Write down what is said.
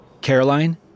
Caroline